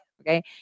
okay